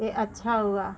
यह अच्छा हुआ